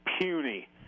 puny